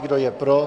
Kdo je pro?